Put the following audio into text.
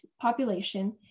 population